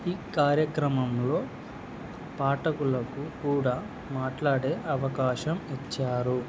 ఈ కార్యక్రమంలో పాఠకులకు కూడా మాట్లాడే అవకాశం ఇచ్చారు